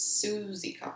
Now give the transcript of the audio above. Susie